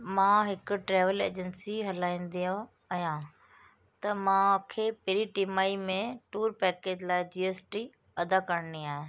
मां हिक travel agency हलाईंदी हुअमि आहियां त मांखे पहिरीं टिमाही में टूर पैकेज लाइ जी एस टी अदा करिणी आहे